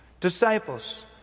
Disciples